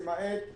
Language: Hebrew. למעט הנגב.